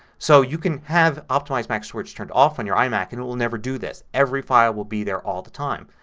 so you can have optimize mac storage turned off on your imac and it will never do this. every file will be there all the time.